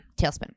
Tailspin